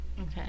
okay